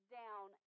down